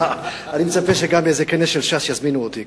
אני מצפה שגם לאיזה כנס של ש"ס יזמינו אותי,